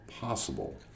possible